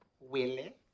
Willie